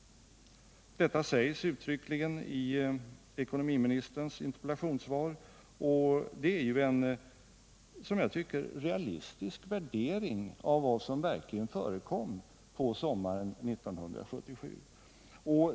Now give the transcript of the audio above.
Detta sägs uttryckligen i ekonomiministerns interpellationssvar, och det är en, som jag tycker, realistisk värdering av vad som verkligen förekom på sommaren 1977.